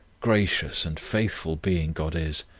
gracious, and faithful being god is,